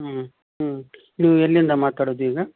ಹ್ಞೂ ಹ್ಞೂ ನೀವು ಎಲ್ಲಿಂದ ಮಾತಾಡೋದು ಈಗ